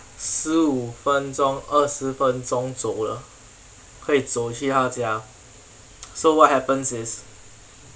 十五分钟二十分钟走了可以走去她的家 so what happens is